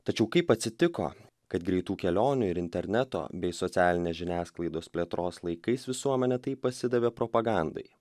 tačiau kaip atsitiko kad greitų kelionių ir interneto bei socialinės žiniasklaidos plėtros laikais visuomenė taip pasidavė propagandai